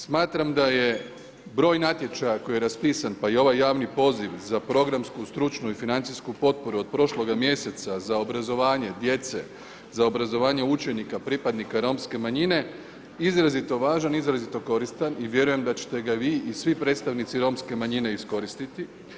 Smatram da je broj natječaja koji je raspisan, pa i ovaj javni poziv, za programsku, stručnu, i financijsku potporu od prošloga mjeseca za obrazovanje djece, za obrazovanje učenika, pripadnika Romske manjine, izrazito važan, izrazito koristi, i vjerujem da ćete ga i vi i svi predstavnici romske manjine iskoristiti.